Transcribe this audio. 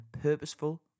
purposeful